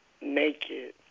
naked